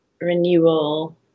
renewal